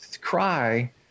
cry